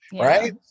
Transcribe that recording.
right